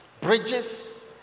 Bridges